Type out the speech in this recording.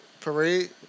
parade